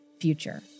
future